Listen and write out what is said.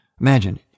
Imagine